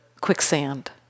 quicksand